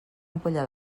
ampolla